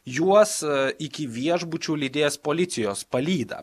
juos iki viešbučių lydės policijos palyda